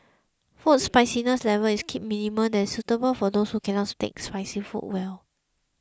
food spiciness level is kept minimal that is suitable for those who cannot take spicy food well